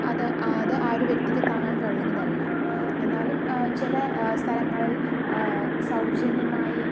അത് ആ അത് ആ ഒരു വ്യക്തിക്ക് താങ്ങാൻ കഴിയുന്നതല്ല എന്നാലും ചില സ്ഥലങ്ങളിൽ സൗജന്യമായി